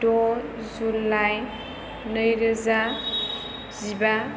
द' जुलाइ नै रोजा जिबा